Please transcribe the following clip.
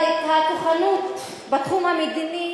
אבל את הכוחנות בתחום המדיני